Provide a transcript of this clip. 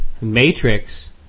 matrix